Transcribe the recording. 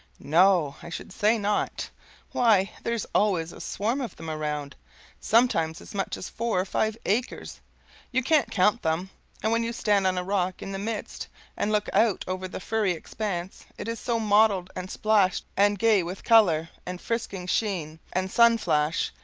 no, i should say not why, there's always a swarm of them around sometimes as much as four or five acres you can't count them and when you stand on a rock in the midst and look out over the furry expanse it is so mottled and splashed and gay with color and frisking sheen and sun-flash,